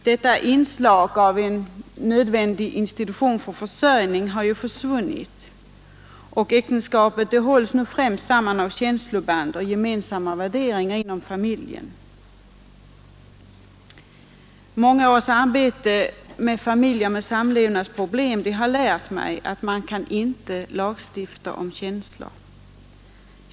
Detta inslag av en nödvändig institution för försörjning har ju försvunnit, och äktenskapet hålls nu främst samman av känsloband och gemensamma värderingar inom familjen. Många års arbete med familjer med samlevnadsproblem har lärt mig att man inte kan lagstifta om känslor.